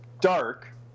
dark